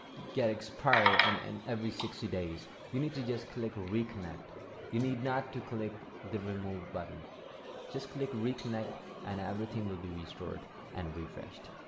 get expired and and every sixty days you need to just click reconnect you need not click the remove button just click reconnect and everything will be restarted and refreshed.